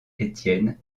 étienne